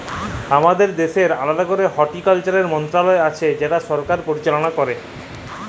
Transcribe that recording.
আমাদের দ্যাশের আলেদা ক্যরে হর্টিকালচারের মলত্রলালয় আছে যেট সরকার পরিচাললা ক্যরে